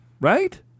right